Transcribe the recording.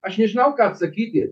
aš nežinau ką atsakyti